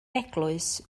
eglwys